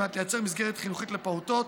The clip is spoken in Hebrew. על מנת לייצר מסגרת חינוכית לפעוטות,